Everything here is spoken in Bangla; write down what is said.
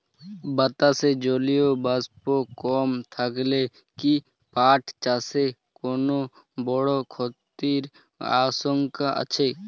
বাতাসে জলীয় বাষ্প কম থাকলে কি পাট চাষে কোনো বড় ক্ষতির আশঙ্কা আছে?